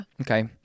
okay